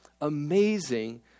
amazing